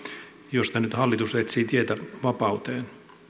josta nyt hallitus etsii tietä vapauteen